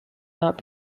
not